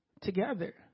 together